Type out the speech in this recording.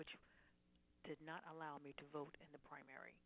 which did not allow me to vote in the primary